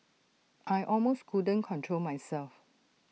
I almost couldn't control myself